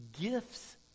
gifts